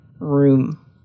room